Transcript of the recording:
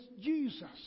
Jesus